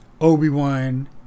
Obi-Wan